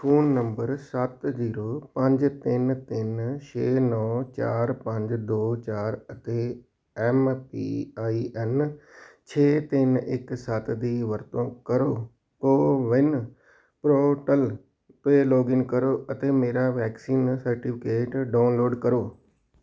phone number ਸੱਤ zero ਪੰਜ ਤਿੰਨ ਤਿੰਨ ਛੇ ਨੌਂ ਚਾਰ ਪੰਜ ਦੋ ਚਾਰ ਅਤੇ ਐਮ ਪੀ ਆਈ ਐਨ ਛੇ ਤਿੰਨ ਇੱਕ ਸੱਤ ਦੀ ਵਰਤੋਂ ਕਰੋ ਕੋਵਿਨ ਪੋਰਟਲ 'ਤੇ ਲੌਗਇਨ ਕਰੋ ਅਤੇ ਮੇਰਾ ਵੈਕਸੀਨ ਸਰਟੀਫਿਕੇਟ ਡਾਊਨਲੋਡ ਕਰੋ